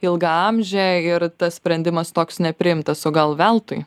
ilgaamžė ir tas sprendimas toks nepriimtas o gal veltui